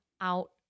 out